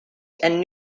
and